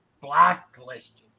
blacklisted